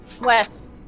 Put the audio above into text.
West